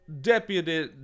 deputy